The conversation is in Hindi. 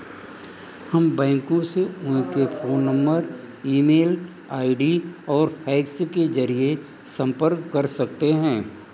हम बैंकों से उनके phone number email ID और फैक्स के जरिए संपर्क कर सकते हैं